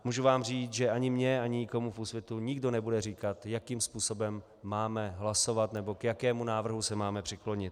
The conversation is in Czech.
Můžu vám říct, že ani mně ani nikomu v Úsvitu nikdo nebude říkat, jakým způsobem máme hlasovat nebo k jakému návrhu se máme přiklonit.